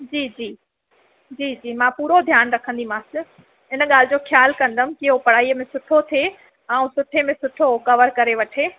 जी जी मां पूरो ध्यानु रखंदीमासि इन ॻाल्हि जो ख्याल कंदमि कि उओ पढ़ाईअ में सुठो थे ऐं सुठे में सुठो कवर करे वठे